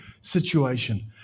situation